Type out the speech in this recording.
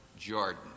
Jordan